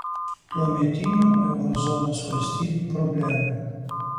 tuometinių euro zonos valstybių problemų